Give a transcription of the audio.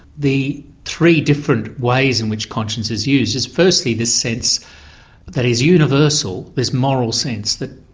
the three different ways in which conscience is used is firstly this sense but that is universal. this moral sense that,